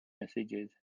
messages